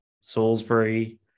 Salisbury